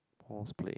pause play